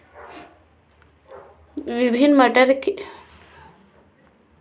विभिन्न टमाटर के पौधा में लगय वाला रोग के बीच भी अंतर कर सकय हइ